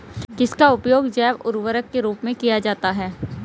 किसका उपयोग जैव उर्वरक के रूप में किया जाता है?